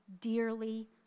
dearly